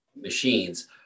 machines